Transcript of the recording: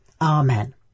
amen